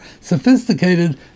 sophisticated